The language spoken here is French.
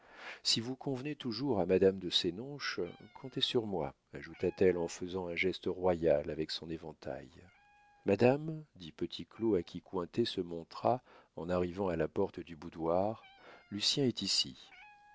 si vous convenez toujours à madame de sénonches comptez sur moi ajouta-t-elle en faisant un geste royal avec son éventail madame dit petit claud à qui cointet se montra en arrivant à la porte du boudoir lucien est ici